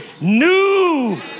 new